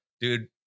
dude